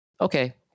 Okay